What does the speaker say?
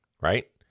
Right